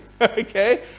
Okay